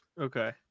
okay